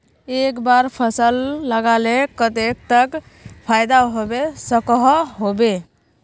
एक बार फसल लगाले कतेक तक फायदा होबे सकोहो होबे?